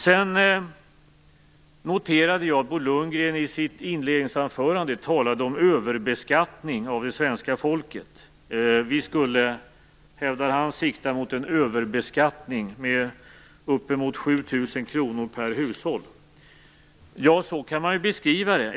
Sedan noterade jag att Bo Lundgren i sitt inledningsanförande talade om överbeskattning av det svenska folket. Han hävdade att vi skulle sikta mot en överbeskattning med uppemot 7 000 kr per hushåll. Ja, så kan man ju beskriva det.